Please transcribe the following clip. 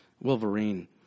Wolverine